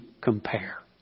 compare